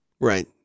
Right